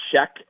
check